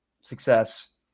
success